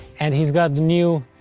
and he's got the new,